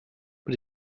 but